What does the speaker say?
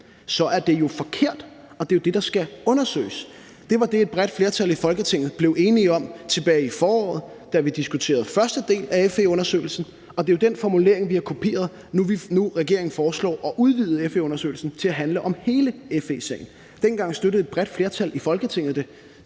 så er det jo forkert, og det er det, der skal undersøges. Det var det, et bredt flertal i Folketinget blev enige om tilbage i foråret, da vi diskuterede første del af FE-undersøgelsen, og det er den formulering, vi har kopieret, nu, hvor regeringen foreslår at udvide FE-undersøgelsen til at handle om hele FE-sagen. Dengang støttede et bredt flertal i Folketinget det,